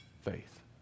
faith